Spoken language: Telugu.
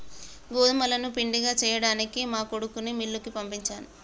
గోదుములను పిండిగా సేయ్యడానికి మా కొడుకుని మిల్లుకి పంపించాను